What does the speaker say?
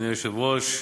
אדוני היושב-ראש,